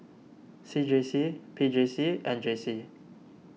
C J C P J C and J C